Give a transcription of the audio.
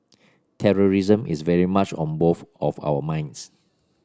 terrorism is very much on both of our minds